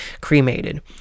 cremated